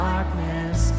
Darkness